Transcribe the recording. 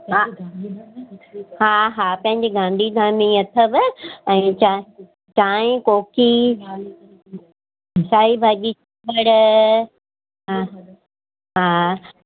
हा हा हा पंहिंजे गांधीधाम ई अथव ऐं चांहि चांहि कोकी साई भाॼी चांवर हा हा